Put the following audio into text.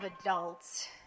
adults